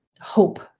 hope